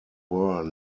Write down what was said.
were